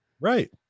Right